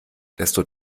desto